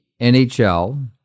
NHL